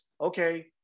okay